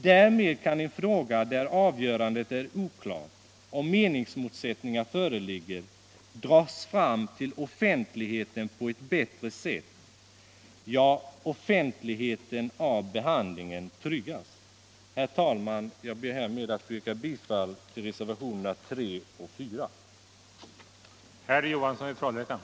Därmed kan en fråga där avgörandet är oklart och meningsmotsättningar föreligger dras fram till offentligheten på ett bättre sätt — ja, offentligheten av behandlingen tryggas. Herr talman! Jag ber härmed att få yrka bifall till reservationerna 3 och.